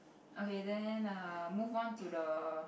okay then uh move on to the